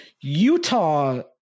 Utah